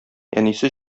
әнисе